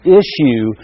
issue